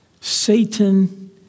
Satan